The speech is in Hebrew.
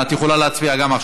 את גם יכולה להצביע עכשיו.